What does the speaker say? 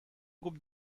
groupe